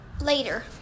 later